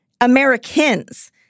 Americans